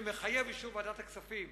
שמחייב את אישור ועדת הכספים.